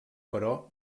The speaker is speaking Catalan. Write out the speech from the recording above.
però